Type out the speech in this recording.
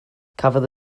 cafodd